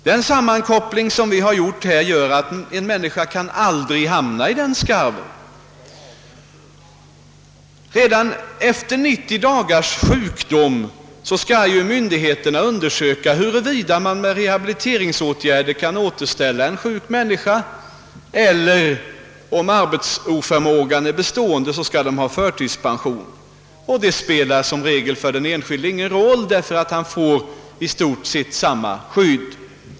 Den sammankoppling som infördes medför att en människa aldrig kan hamna i en sådan skarv. Redan efter 90 dagars sjukdom skall myndigheterna undersöka, huruvida man med rehabiliteringsåtgärder kan återställa en sjuk och om undesökningen visar att arbetsoförmågan är bestående, så skall vederbörande ha förtidspension. Vad resultatet blir spelar i regel ingen roll för den enskilde, därför att han får i stort sett samma skydd.